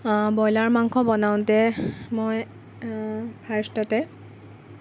broiler মাংস বনাওঁতে মই ফাৰ্ষ্টতে